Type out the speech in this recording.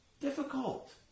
Difficult